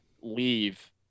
leave